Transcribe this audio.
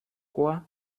quoi